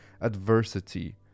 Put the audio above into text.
adversity